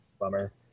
Bummer